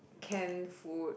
can food